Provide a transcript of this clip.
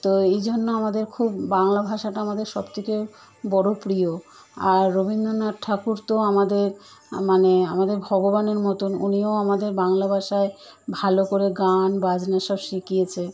তো এই জন্য আমাদের খুব বাংলা ভাষাটা আমাদের সব থেকে বড়ো প্রিয় আর রবীন্দোনাথ ঠাকুর তো আমাদের মানে আমাদের ভগবানের মতন উনিও আমাদের বাংলা ভাষায় ভালো করে গান বাজনা সব শিখিয়েছে